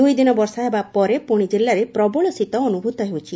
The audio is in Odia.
ଦୁଇ ଦିନ ବର୍ଷା ହେବା ପରେ ପୁଶି କିଲ୍ଲାରେ ପ୍ରବଳ ଶୀତ ଅନୁଭ୍ରତ ହେଉଛି